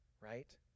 right